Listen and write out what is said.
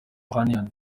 ohanian